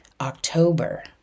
October